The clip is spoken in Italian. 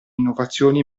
innovazioni